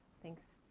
thanks.